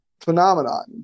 phenomenon